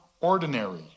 ordinary